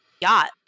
yacht